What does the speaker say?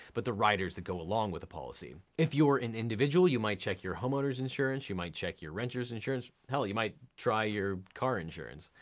but the riders that go along with the policy. if you're an individual, you might check your homeowners insurance, you might check your renters insurance. hell, you might try your car insurance.